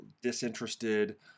disinterested